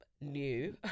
new